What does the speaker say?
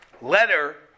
letter